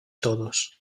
todos